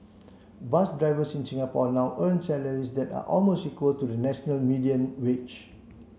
bus drivers in Singapore now earn salaries that are almost equal to the national median wage